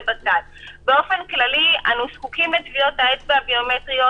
באופן כללי, אנו זקוקים לטביעות האצבע הביומטריות.